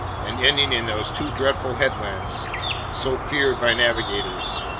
and ending in those two dreadful headlands so feared by navigators,